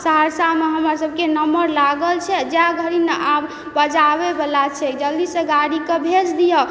सहरसामे हमर सबके नम्बर लागल छै जे घड़ी ने आब बजाबयवला छै जल्दीसँ गाड़ीके भेज दियौ